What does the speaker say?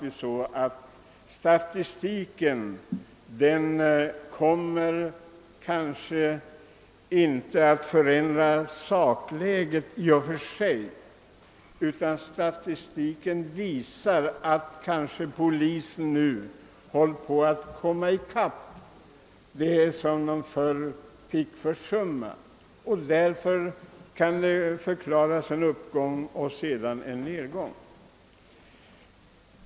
Statistiken kommer emellertid inte att förändra sakläget i och för sig, men statistiken visar kanske, att polisen nu håller: på att komma i kapp och hinna med att ta upp sådant som den förr fick försum"- ma. Därför kan man förklara först en uppgång och sedan en neligång på detta område.